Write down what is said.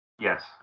Yes